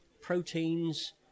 proteins